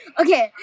Okay